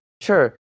Sure